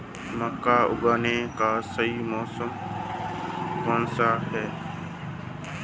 मक्का उगाने का सही मौसम कौनसा है?